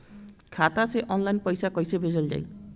खाता से ऑनलाइन पैसा कईसे भेजल जाई?